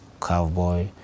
Cowboy